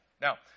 Now